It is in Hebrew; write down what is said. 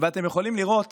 ואתם יכולים לראות